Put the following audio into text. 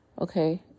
Okay